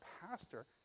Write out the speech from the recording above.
pastor